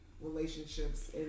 relationships